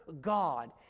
God